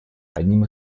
одним